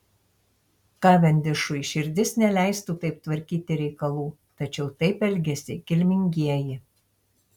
kavendišui širdis neleistų taip tvarkyti reikalų tačiau taip elgiasi kilmingieji